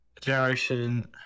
Generation